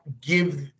give